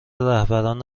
رهبران